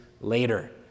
later